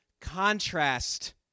contrast